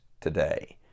today